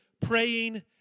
praying